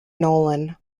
nolan